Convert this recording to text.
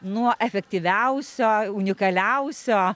nuo efektyviausio unikaliausio